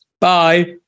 Bye